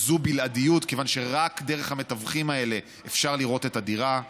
זה בלעדי כי רק דרך המתווכים האלה אפשר לראות את הדירה,